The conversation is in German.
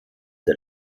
der